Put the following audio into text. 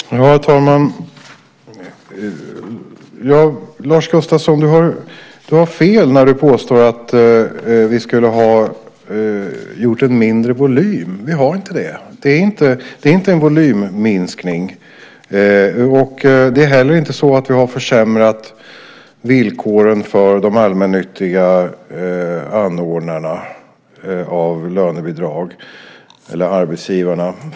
Herr talman! Lars Gustafsson, du har fel när du påstår att vi skulle ha gjort en mindre volym. Vi har inte det. Det är inte en volymminskning. Det är inte heller så att vi har försämrat villkoren för de allmännyttiga anordnarna av lönebidrag eller arbetsgivarna.